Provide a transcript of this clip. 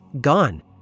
gone